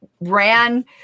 ran